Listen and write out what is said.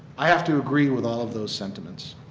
i have to agree with all of those sentiments.